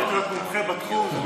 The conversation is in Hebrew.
הפך להיות מומחה בתחום.